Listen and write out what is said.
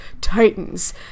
Titans